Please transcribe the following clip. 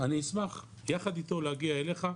אני אשמח יחד איתו להגיע אליך.